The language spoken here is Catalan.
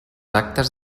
actes